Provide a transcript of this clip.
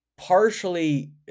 Partially